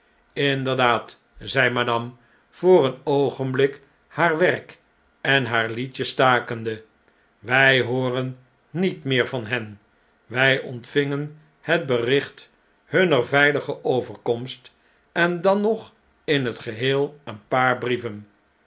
jnderdaad zei madame voor een oogenblik haar werk en haar liedje stakende wh hooren niet meer van hen wjj ontvingen het bericht hunner veilige overkomst en dan nog in het geheel een paar brieven